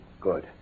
good